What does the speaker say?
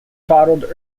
bottled